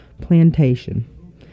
plantation